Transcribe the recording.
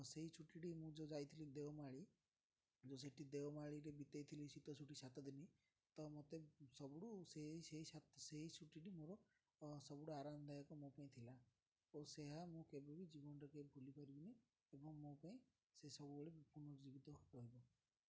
ସେଇ ଛୁଟିଟି ମୁଁ ଯେଉଁ ଯାଇଥିଲି ଦେଓମାଳି ଯେଉଁ ସେଇଠି ଦେଓମାଳିରେ ବିତେଇ ଥିଲି ଶୀତ ଛୁଟି ସାତ ଦିନ ତ ମତେ ସବୁଠୁ ସେ ସେଇ ଛୁଟି ମୋର ସବୁଠୁ ଆରାମଦାୟକ ମୋ ପାଇଁ ଥିଲା ଓ ସେ ମୁଁ କେବେ ବି ଜୀବନରେ କେହି ଭୁଲି ପାରିବିନି ଏବଂ ମୋ ପାଇଁ ସେ ସବୁବେଳେ ପୁନଃଜୀବିତ ରହିବ